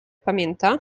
pamięta